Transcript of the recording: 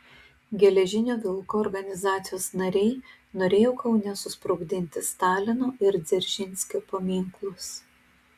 geležinio vilko organizacijos nariai norėjo kaune susprogdinti stalino ir dzeržinskio paminklus